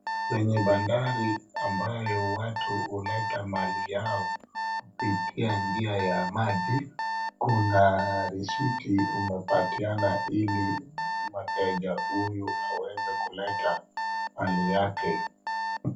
Kwenye bandari ambayo watu huleta mali yao kupitia njia ya maji kuna risiti unapatiana ili mteja huyu aweze kuleta mali yake.